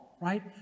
right